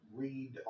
read